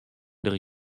der